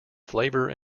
flavor